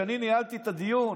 כשאני ניהלתי את הדיון